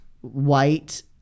white